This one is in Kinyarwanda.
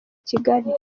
kigali